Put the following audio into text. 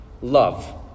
Love